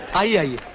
raju.